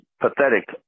Pathetic